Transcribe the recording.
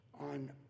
on